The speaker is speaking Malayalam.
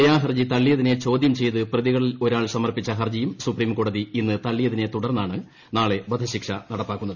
ദയാഹർജി തള്ളിയതിനെ ചോദ്യം ചെയ്ത് പ്രതികളിലൊരാൾ സമർപ്പിച്ചു ഹർജിയും സുപ്രീം കോടതി ഇന്ന് തള്ളിയതിനെ തുടർന്നാണ് നാളെ വധശിക്ഷ നടപ്പാക്കുന്നത്